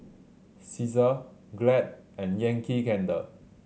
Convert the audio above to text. Cesar Glad and Yankee Candle